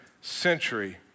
century